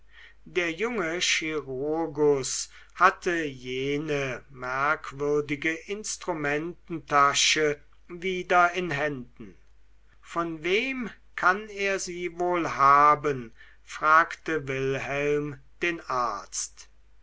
der junge chirurgus hatte jene merkwürdige instrumententasche wieder in händen von wem kann er sie wohl haben fragte wilhelm den arzt